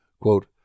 Quote